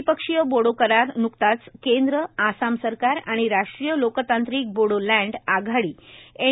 त्रि पक्षिय बोडो करार न्कताच केंद्र आसाम सरकार आणि राष्ट्रीय लोकतांत्रिक बोडोलँड आघाडी एन